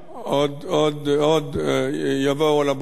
עוד יבואו על הברכה.